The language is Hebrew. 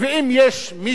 מי שלא יהיה,